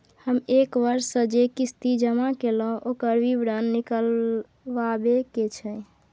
हम एक वर्ष स जे किस्ती जमा कैलौ, ओकर विवरण निकलवाबे के छै?